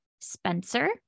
spencer